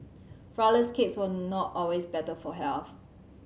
flourless cakes were not always better for health